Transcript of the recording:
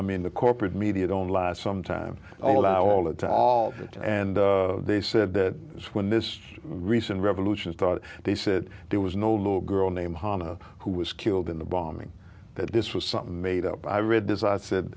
i mean the corporate media don't last some time allow all and to all and they said that when this recent revolution thought they said there was no little girl named hama who was killed in the bombing that this was something made up i read this i said